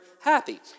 happy